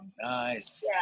Nice